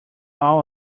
all